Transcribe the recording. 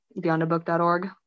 beyondabook.org